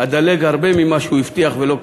אדלג הרבה ממה שהוא הבטיח ולא קיים.